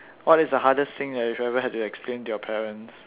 what is the hardest thing that you ever had to explain to your parents